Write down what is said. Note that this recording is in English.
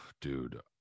dude